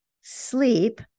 sleep